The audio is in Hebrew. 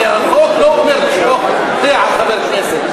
כי החוק לא אומר לשפוך תה על חבר כנסת.